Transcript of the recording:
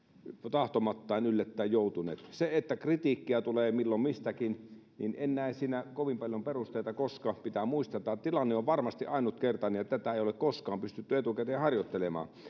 tahtomattaan yllättäen joutuneet sille että kritiikkiä tulee milloin mistäkin en näe kovin paljon perusteita koska pitää muistaa että tämä tilanne on varmasti ainutkertainen ja tätä ei ole koskaan pystytty etukäteen harjoittelemaan